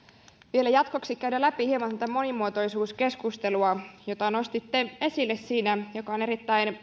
vielä jatkoksi käydä läpi hieman tätä monimuotoisuuskeskustelua jota nostitte esille ja joka on erittäin